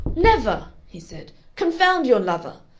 never! he said. confound your lover!